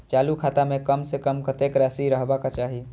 चालु खाता में कम से कम कतेक राशि रहबाक चाही?